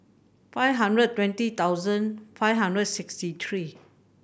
five hundred twenty thousand five hundred sixty three